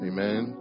Amen